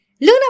Luna